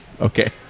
Okay